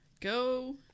Go